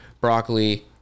broccoli